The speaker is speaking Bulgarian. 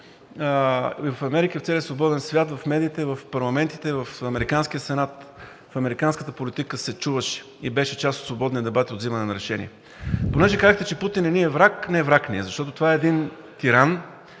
в Америка, в целия свободен свят, в медиите, в парламентите, в американския Сенат, в американската политика се чуваше и беше част от свободния дебат, от взимане на решение. Понеже казахте, че Путин не ни е враг. Не – враг ни е, защото това е един тиран,